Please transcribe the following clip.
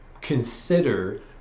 consider